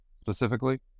specifically